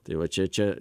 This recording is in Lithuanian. tai va čia čia